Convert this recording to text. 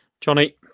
Johnny